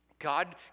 God